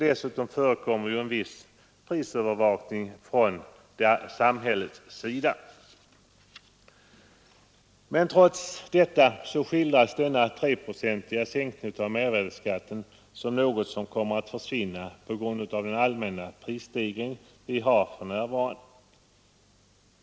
Dessutom förekommer en viss prisövervakning från samhällets sida. Men trots detta skildras denna 3-procentiga sänkning av mervärdeskatten som något som kommer att försvinna på grund av den allmänna prisstegring vi har för närvarande.